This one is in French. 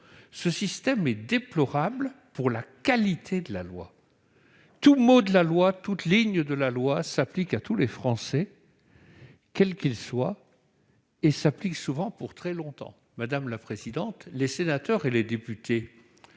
Ce système est déplorable pour la qualité de la loi. Toute phrase, tout mot de la loi s'applique à tous les Français, quels qu'ils soient, et s'applique souvent pour très longtemps. Les sénateurs et les députés